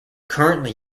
currently